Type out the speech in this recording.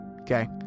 Okay